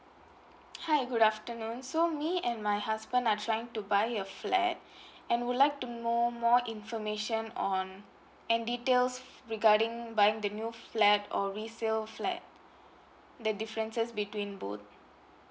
hi good afternoon so me and my husband are trying to buy a flat and would like to know more information on and details regarding buying the new flat or resale flat the differences between both